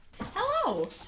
Hello